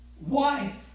wife